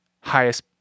highest